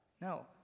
No